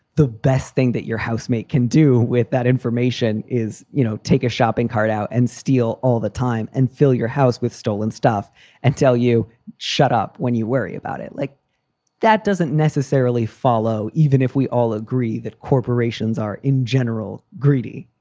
the best thing that your housemate can do with that information is you know take a shopping cart out and steal all the time and fill your house with stolen stuff until you shut up when you worry about it like that doesn't necessarily follow. even if we all agree that corporations are in general greedy,